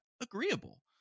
Agreeable